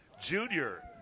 junior